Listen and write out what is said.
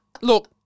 Look